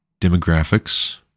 demographics